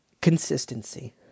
Consistency